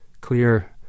Clear